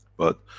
but,